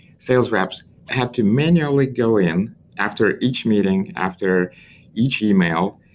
sales reps have to manually go in after each meeting, after each email,